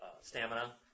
Stamina